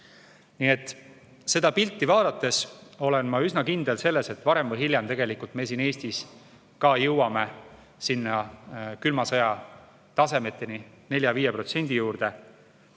on. Seda pilti vaadates olen ma üsna kindel selles, et varem või hiljem tegelikult me siin Eestis ka jõuame sinna külma sõja tasemeni, 4–5% juurde.